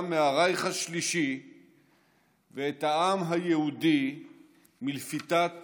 מהרייך השלישי ואת העם היהודי מלפיתת